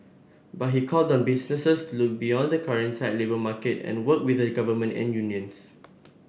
but he called on businesses to look beyond the current tight labour market and work with the government and unions